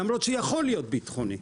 למרות שיכול להיות ביטחוני.